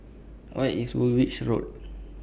Where IS Woolwich Road